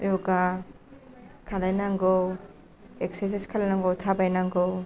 य'गा खालामनांगौ एक्सारसाइज खालामनांगौ थाबायनांगौ